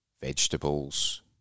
vegetables